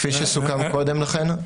כפי שסוכם קודם לכן,